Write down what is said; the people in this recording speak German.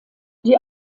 die